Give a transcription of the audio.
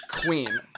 Queen